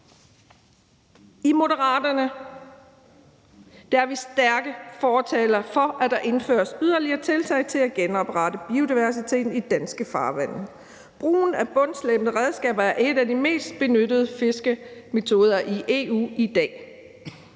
I Moderaterne er vi stærke fortalere for, at der indføres yderligere tiltag til at genoprette biodiversiteten i danske farvande. Brugen af bundslæbende redskaber er en af de mest benyttede fiskemetoder i EU i dag.